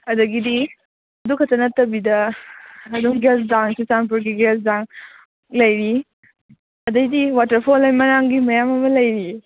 ꯑꯗꯒꯤꯗꯤ ꯑꯗꯨ ꯈꯛꯇ ꯅꯠꯇꯕꯤꯗ ꯑꯗꯨꯝ ꯒꯦꯜꯖꯥꯡ ꯆꯨꯔꯆꯥꯝꯄꯨꯔꯒꯤ ꯒꯦꯜꯖꯥꯡ ꯂꯩꯔꯤ ꯑꯗꯩꯗꯤ ꯋꯥꯇꯔ ꯐꯣꯜ ꯂꯩꯃꯔꯥꯝꯒꯤ ꯃꯌꯥꯝ ꯑꯃ ꯂꯩꯔꯤꯌꯦ